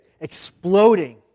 exploding